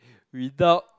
without